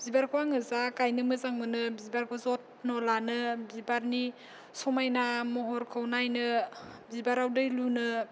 बिबारखौ आङो जा गायनो मोजां मोनो बिबारखौ बिबारखौ जथन लानो बिबारनि समायना महरखौ नायनो बिबाराव दै लुनो